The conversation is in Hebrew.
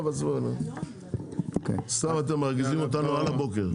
עזבו, סתם אתם מרגיזים אותנו על הבוקר.